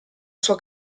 sua